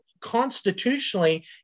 constitutionally